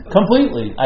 completely